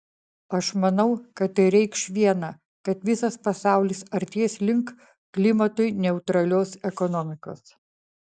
aš manau kad tai reikš viena kad visas pasaulis artės link klimatui neutralios ekonomikos